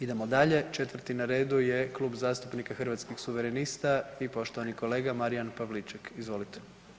Idemo dalje, četvrti na redu je Klub zastupnika Hrvatskih suverenista i poštovani kolega Marijan Pavliček, izvolite.